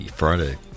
Friday